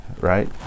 right